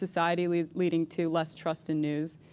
society leading leading to less trust in news.